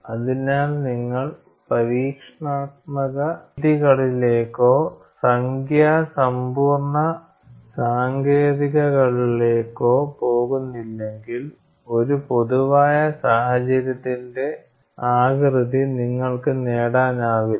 അതിനാൽ നിങ്ങൾ പരീക്ഷണാത്മക രീതികളിലേക്കോ സംഖ്യാ സമ്പൂർണ്ണ സാങ്കേതികതകളിലേക്കോ പോകുന്നില്ലെങ്കിൽ ഒരു പൊതുവായ സാഹചര്യത്തിന്റെ ആകൃതി നിങ്ങൾക്ക് നേടാനാവില്ല